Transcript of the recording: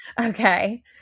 Okay